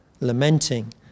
Lamenting